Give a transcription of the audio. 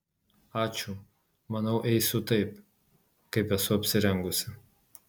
ačiū manau eisiu taip kaip esu apsirengusi